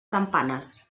campanes